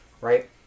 Right